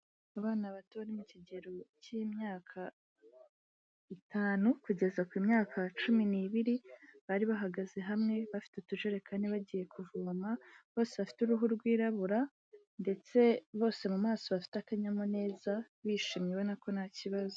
Abana bato bari mu kigero cy'imyaka itanu kugeza ku myaka cumi n'ibiri bari bahagaze hamwe bafite utujerekani bagiye kuvoma, bose bafite uruhu rwirabura ndetse bose mu maso bafite akanyamuneza, bishimye ubona ko nta kibazo.